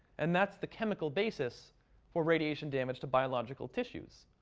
and that's the chemical basis for radiation damage to biological tissues.